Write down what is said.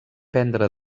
prendre